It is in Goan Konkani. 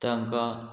तांकां